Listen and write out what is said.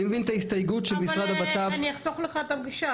אני מבין את ההסתייגות של משרד הבט"פ --- אני אחסוך לך את הפגישה,